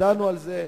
ודנו על זה.